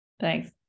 Thanks